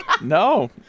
No